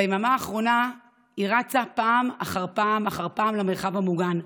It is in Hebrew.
ביממה האחרונה היא רצה פעם אחר פעם אחר פעם למרחב המוגן,